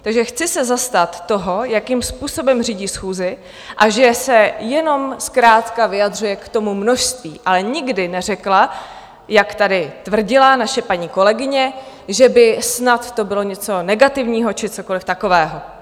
Takže chci se zastat toho, jakým způsobem řídí schůzi a že se jenom zkrátka vyjadřuje k tomu množství, ale nikdy neřekla, jak tady tvrdila naše paní kolegyně, že by snad to bylo něco negativního či cokoliv takového.